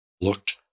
looked